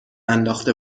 انداخته